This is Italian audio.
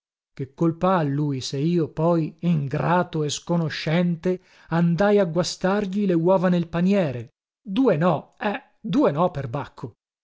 che colpa ha lui se io poi ingrato e sconoscente andai a guastargli le uova nel paniere due no eh due no perbacco